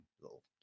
little